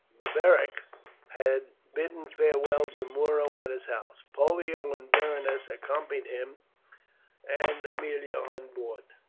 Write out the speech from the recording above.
beric had bidden farewell to muro at his house pollio and berenice accompanied him and aemilia on board.